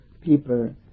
people